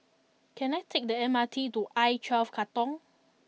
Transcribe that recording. can I take the M R T to I Twelve Katong